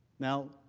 now,